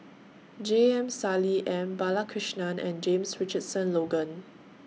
J M Sali M Balakrishnan and James Richardson Logan